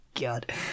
god